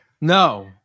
No